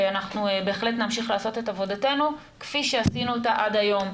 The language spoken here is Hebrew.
ואנחנו בהחלט נמשיך לעשות את עבודתנו כפי שעשינו אותה עד היום,